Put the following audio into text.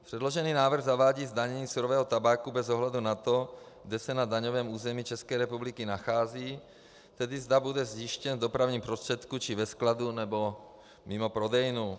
Předložený návrh zavádí zdanění surového tabáku bez ohledu na to, kde se na daňovém území České republiky nachází, tedy zda bude zjištěn v dopravním prostředku či ve skladu nebo mimo prodejnu.